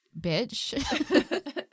bitch